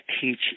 teach